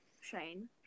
Shane